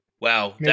Wow